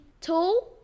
tall